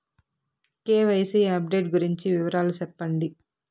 KYC update గురించి వివరాలు సెప్పండి?